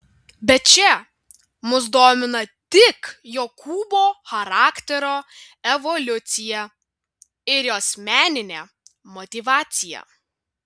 bet čia mus domina tik jokūbo charakterio evoliucija ir jos meninė motyvacija